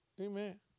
amen